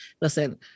Listen